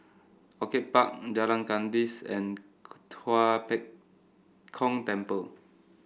Orchid Park Jalan Kandis and Tua Pek Kong Temple